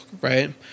right